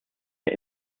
der